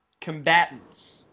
combatants